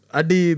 adi